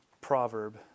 proverb